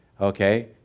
okay